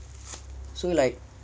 so like